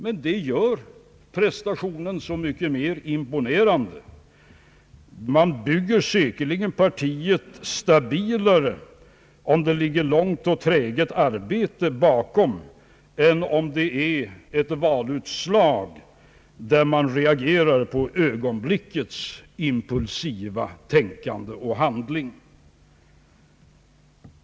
Och detta gör prestationen så mycket mer imponerande. Man bygger säkerligen partiet stabilare, om det ligger långt och träget arbete bakom valutslaget än om det är en reaktion på ögonblickets impulsiva tänkande och handling.